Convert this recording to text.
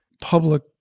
public